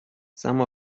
some